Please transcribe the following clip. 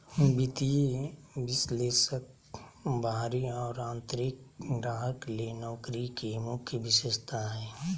वित्तीय विश्लेषक बाहरी और आंतरिक ग्राहक ले नौकरी के मुख्य विशेषता हइ